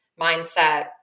mindset